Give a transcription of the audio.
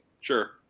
Sure